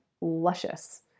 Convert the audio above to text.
luscious